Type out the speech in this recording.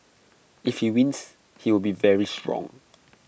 if he wins he will be very strong